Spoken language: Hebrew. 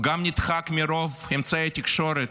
הוא גם נדחק מרוב אמצעי תקשורת,